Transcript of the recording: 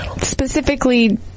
specifically